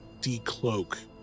decloak